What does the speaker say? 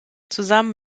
zusammen